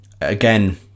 Again